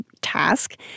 task